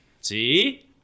See